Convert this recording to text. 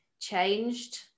changed